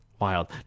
Wild